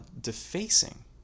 defacing